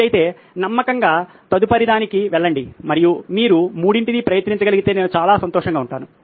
మీరైతే నమ్మకంగా తదుపరిదానికి వెళ్ళండి మరియు మీరు మూడింటిని ప్రయత్నించగలిగితే నేను చాలా సంతోషంగా ఉంటాను